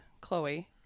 Chloe